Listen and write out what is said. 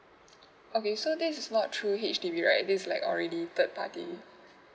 okay so that's not true H_D_B right is like already third party um